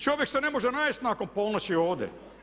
Čovjek se ne može najest nakon ponoći ovdje.